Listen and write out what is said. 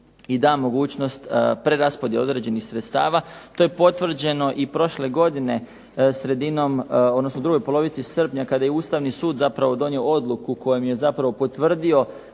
i da mogućnost preraspodjele određenih sredstava. To je potvrđeno i prošle godine u drugoj polovici srpnja kada je Ustavni sud donio odluku kojom je potvrdio